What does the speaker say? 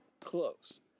close